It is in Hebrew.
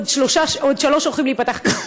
ועוד שלוש שהולכות להיפתח.